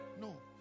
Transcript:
No